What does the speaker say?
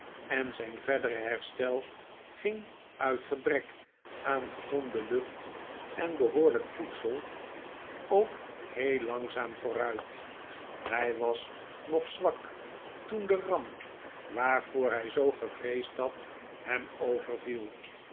en zijn verdere herstel ging uit gebrek aan gezonde lucht en behoorlijk voedsel ook heel langzaam vooruit hij was nog zwak toen de ramp waarvoor hij zoo gevreesd had hem overviel